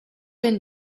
when